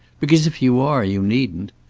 because if you are, you needn't.